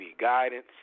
guidance